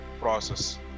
process